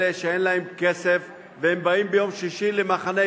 אלה שאין להם כסף והם באים ביום שישי למחנה-יהודה,